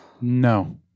No